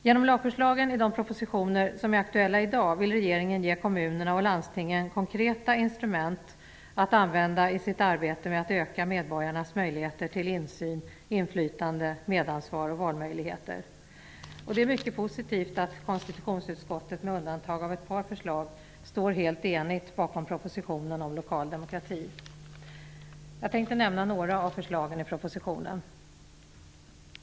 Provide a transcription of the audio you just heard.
Genom lagförslagen i de propositioner som är aktuella i dag vill regeringen ge kommunerna och landstingen konkreta instrument att använda i arbetet med att öka medborgarnas möjligheter till insyn, inflytande, medansvar och valmöjligheter. Det är mycket positivt att konstitutionsutskottet, med undantag av ett par förslag, står helt enigt bakom propositionen om lokal demokrati. Jag tänkte nämna några av förslagen i propositionen.